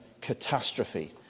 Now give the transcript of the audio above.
catastrophe